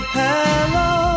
hello